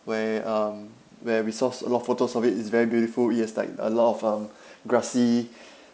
where um where we saw a lot of photos of it it's very beautiful it has like a lot of um grassy